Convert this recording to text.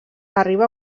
arriba